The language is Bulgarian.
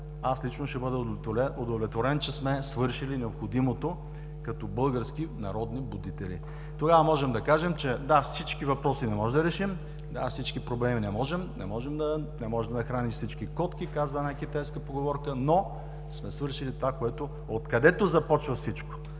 аз лично ще бъда удовлетворен, че сме свършили необходимото като български народни будители. Тогава можем да кажем: да, всички въпроси не можем да решим, да, всички проблеми не можем да решим, „не можеш да нахраниш всички котки“ – казва една китайска поговорка, но сме свършили това, откъдето започва всичко: